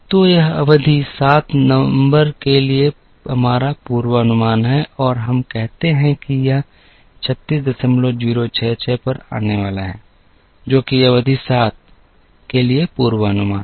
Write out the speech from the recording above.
तो यह अवधि 7 नंबर के लिए हमारा पूर्वानुमान है और हम कहते हैं कि यह 36066 पर आने वाला है जो कि अवधि 7 के लिए पूर्वानुमान है